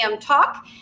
Talk